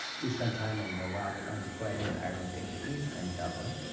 we spent time in the wild atlantic way, and ireland's ancient east, and dublin.